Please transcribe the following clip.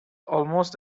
almost